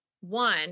one